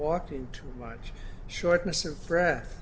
walking too much shortness of breath